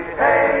hey